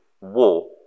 war